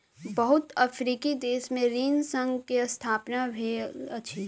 बहुत अफ्रीकी देश में ऋण संघ के स्थापना भेल अछि